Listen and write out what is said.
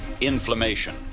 Inflammation